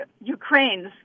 Ukraine's